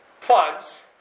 plugs